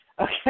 Okay